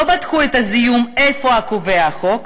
לא בדקו את הזיהום איפה שקובע החוק,